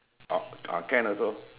oh ah can also